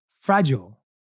fragile